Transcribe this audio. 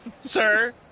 Sir